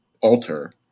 alter